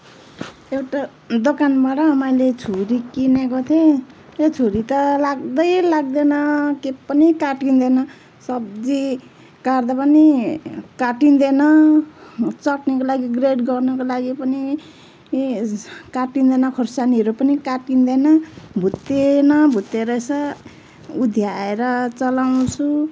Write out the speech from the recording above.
एउटा दोकानबाट मैले छुरी किनेको थिएँ त्यो छुरी त लाग्दै लाग्दैन के पनि काटिन्दैन सब्जी काट्दा पनि काटिन्दैन चटनीको लागि ग्रेट गर्नुको लागि पनि काटिन्दैन खोर्सानीहरू पनि काटिन्दैन भुत्ते न भुत्ते रहेछ उध्याएर चलाउँछु